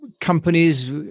companies